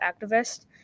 activist